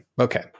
Okay